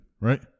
right